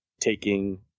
taking